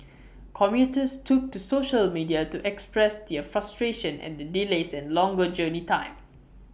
commuters took to social media to express their frustration at the delays and longer journey time